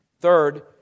Third